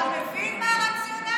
אתה מבין מה הרציונל,